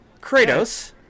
Kratos